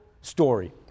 story